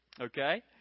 Okay